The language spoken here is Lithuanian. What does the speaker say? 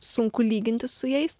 sunku lygintis su jais